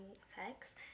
sex